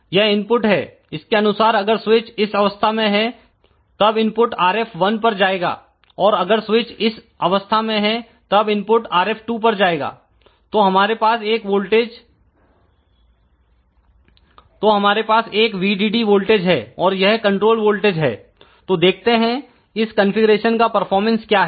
यह इनपुट है इसके अनुसार अगर स्विच इस अवस्था में है तब इनपुट RF1 पर जाएगा और अगर स्विच इस अवस्था में है तब इनपुट RF2 पर जाएगा तो हमारे पास एक VDD वोल्टेज है और यह कंट्रोल वोल्टेज है तो देखते हैं इस कंफीग्रेशन का परफॉर्मेंस क्या है